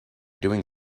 doing